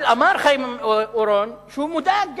אבל חבר הכנסת חיים אורון אמר שהוא מודאג גם,